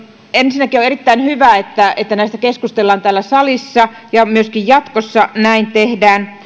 ensinnäkin on erittäin hyvä että että näistä valtakunnallisista maankäyttötavoitteista keskustellaan täällä salissa ja myöskin jatkossa näin tehdään